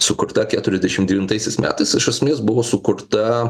sukurta keturiasdešim devintais metais iš esmės buvo sukurta